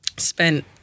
spent